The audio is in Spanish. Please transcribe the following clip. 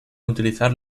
utilizar